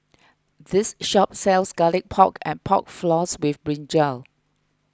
this shop sells Garlic Pork and Pork Floss with Brinjal